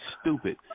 stupid